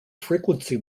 frequency